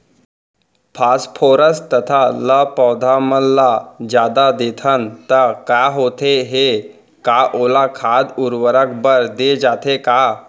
Phosphorus तथा ल पौधा मन ल जादा देथन त का होथे हे, का ओला खाद उर्वरक बर दे जाथे का?